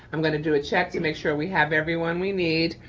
i'm gonna do a check to make sure we have everyone we need.